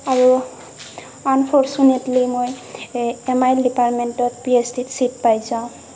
আৰু আনফৰ্চুনেটলি মই M I L ডিপাৰ্টমেণ্টত পি এইচ ডিত ছিট পাই যাওঁ